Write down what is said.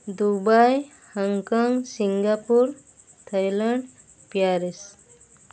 Dubai Hong Kong Singapore Thailand Paris